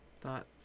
thought